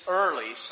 early